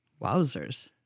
Wowzers